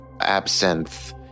absinthe